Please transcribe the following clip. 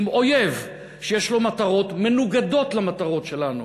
עם אויב, שיש לו מטרות מנוגדות למטרות שלנו.